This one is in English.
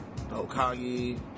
Okagi